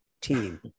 team